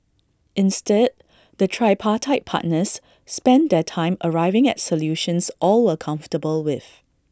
instead the tripartite partners spent their time arriving at solutions all were comfortable with